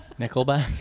Nickelback